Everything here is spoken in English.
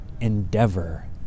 endeavor